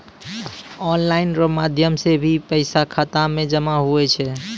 online रो माध्यम से भी खाता मे पैसा जमा हुवै पारै